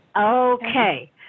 Okay